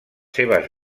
seves